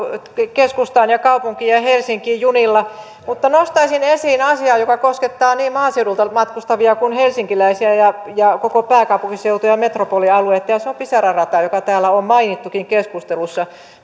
keskustaan kaupunkiin ja helsinkiin junilla mutta nostaisin esiin asian joka koskettaa niin maaseudulta matkustavia kuin helsinkiläisiä ja ja koko pääkaupunkiseutua ja metropolialuetta ja se on pisara rata joka täällä on mainittukin keskustelussa